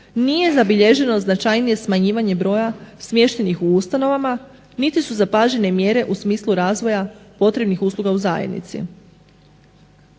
nije zabilježeno značajnije smanjivanje broja smještenih u ustanovama niti su zapažene mjere u smislu razvoja potrebnih usluga u zajednici.